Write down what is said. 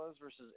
versus